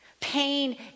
pain